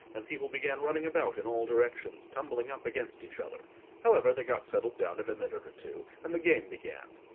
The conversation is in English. and people began running about in all directions, tumbling up against each other however, they got settled down in a minute or two, and the game began.